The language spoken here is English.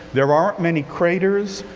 there aren't many craters.